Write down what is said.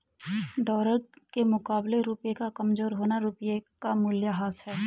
dollar के मुकाबले रुपए का कमज़ोर होना रुपए का मूल्यह्रास है